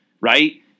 right